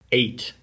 eight